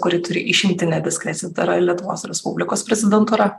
kuri turi išimtinę diskreciją tai yra lietuvos respublikos prezidentūra